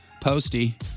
Posty